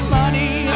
money